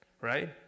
right